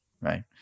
right